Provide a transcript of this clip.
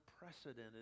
unprecedented